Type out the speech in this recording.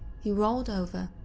he rolled over,